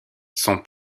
son